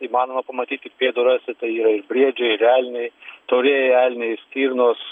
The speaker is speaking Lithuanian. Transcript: įmanoma pamatyt pėdų rasi tai yra ir briedžiai ir elniai taurieji elniai stirnos